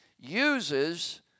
uses